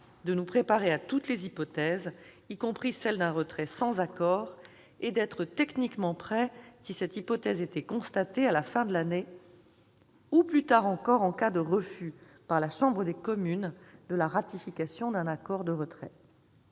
de nous préparer à toutes les hypothèses, y compris celles d'un retrait sans accord, et d'être techniquement prêts si cette hypothèse se vérifiait à la fin de l'année ou, plus tard encore, en cas de refus par la Chambre des communes de ratification d'un accord de retrait.